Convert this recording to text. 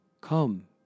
come